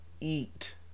eat